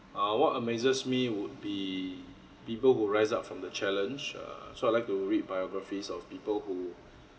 uh what amazes me would be people who rise up from the challenge err so I like to read biographies of people who